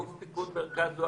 הוא אלוף פיקוד המרכז.